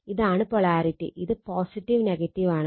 ഇതാണ് പൊളാരിറ്റി ഇത് ആണ്